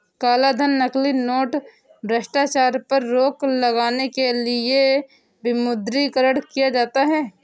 कालाधन, नकली नोट, भ्रष्टाचार पर रोक लगाने के लिए विमुद्रीकरण किया जाता है